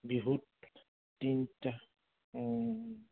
বিহুত তিনিটা